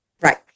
Right